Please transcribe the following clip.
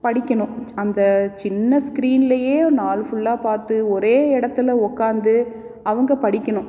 படிக்கணும் அந்த சின்ன ஸ்கிரீன்லேயே நாள் ஃபுல்லாக பார்த்து ஓரே இடத்துல உட்காந்து அவங்க படிக்கணும்